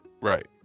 right